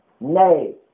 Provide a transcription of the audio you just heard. Nay